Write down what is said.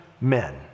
men